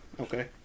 Okay